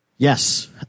Yes